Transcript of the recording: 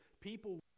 people